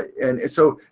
and so.